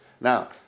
Now